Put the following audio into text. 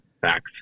Facts